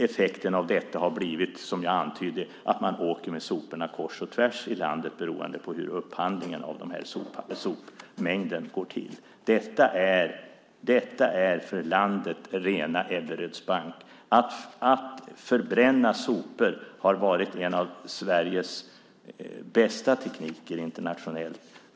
Effekten av detta har blivit, som jag antydde, att man åker med soporna kors och tvärs i landet beroende på hur upphandlingen av sopmängden går till. Detta är för landet rena Ebberöds bank! Att förbränna sopor har varit en av Sveriges bästa tekniker internationellt.